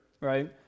right